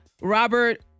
Robert